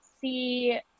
see